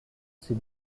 ces